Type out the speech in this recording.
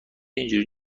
اینجوری